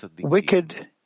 wicked